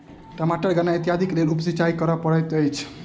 टमाटर गन्ना इत्यादिक लेल उप सिचाई करअ पड़ैत अछि